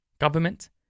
government